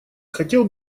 хотел